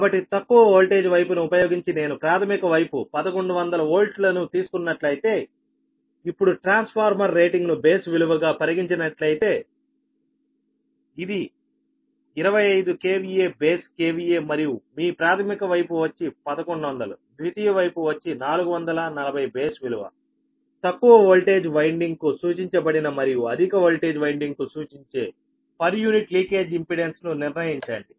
కాబట్టి తక్కువ వోల్టేజ్ వైపు ను ఉపయోగించి నేను ప్రాథమిక వైపు 1100 వోల్ట్ లను తీసుకున్నట్లయితేఇప్పుడు ట్రాన్స్ఫార్మర్ రేటింగ్ ను బేస్ విలువ గా పరిగణించినట్లయితే ఇది 25 KVA బేస్ KVA మరియు మీ ప్రాథమిక వైపు వచ్చి 1100ద్వితీయ వైపు వచ్చి 440 బేస్ విలువతక్కువ వోల్టేజ్ వైండింగ్కు సూచించబడిన మరియు అధిక వోల్టేజ్ వైండింగ్కు సూచించే పర్ యూనిట్ లీకేజ్ ఇంపెడెన్స్ను నిర్ణయించండి